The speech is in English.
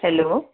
hello